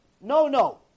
No-no